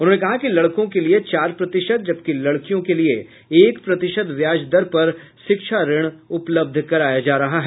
उन्होंने कहा कि लड़कों के लिये चार प्रतिशत जबकि लड़कियों के लिये एक प्रतिशत ब्याज दर पर शिक्षा ऋण उपलब्ध कराया जा रहा है